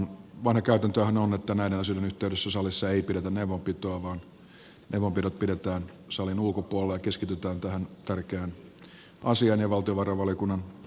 vanha käytäntöhän on että näiden asioiden yhteydessä salissa ei pidetä neuvonpitoa vaan neuvonpidot pidetään salin ulkopuolella ja keskitytään tähän tärkeään asiaan ja valtiovarainvaliokunnan puheenjohtajan esittelypuheenvuoroon